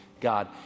God